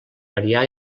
variar